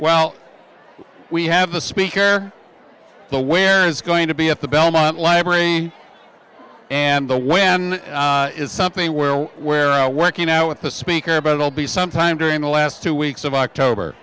well we have a speaker the where is going to be at the belmont library and the when is something where where oh working out with the speaker but it'll be sometime during the last two weeks of october